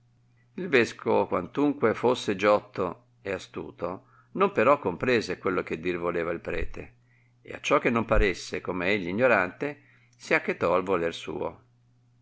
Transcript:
il vescovo quantunque fusse giotto ed astuto non però comprese quello che dir voleva il prete ed acciò che non paresse come egli ignorante si achetò al voler suo